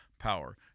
power